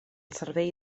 servei